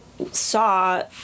saw